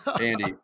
Andy